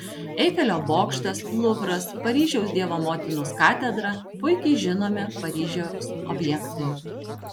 eifelio bokštas luvras paryžiaus dievo motinos katedra puikiai žinomi paryžiaus objektai